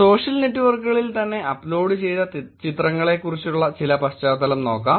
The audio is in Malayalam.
സോഷ്യൽ നെറ്റ്വർക്കുകളിൽ തന്നെ അപ്ലോഡ് ചെയ്ത ചിത്രങ്ങളെക്കുറിച്ചുള്ള ചില പശ്ചാത്തലം നോക്കാം